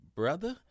brother